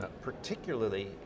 particularly